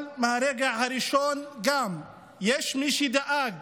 אבל מהרגע הראשון יש מי שדאג